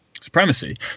supremacy